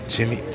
Jimmy